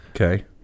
Okay